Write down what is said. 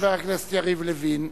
חבר הכנסת יריב לוין.